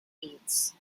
aids